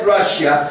Russia